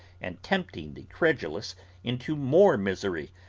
and tempting the credulous into more misery,